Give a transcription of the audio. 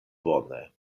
bone